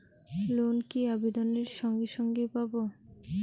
Loan কি আবেদনের সঙ্গে সঙ্গে পাব?